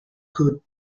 could